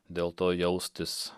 dėl to jaustis